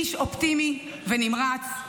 איש אופטימי ונמרץ,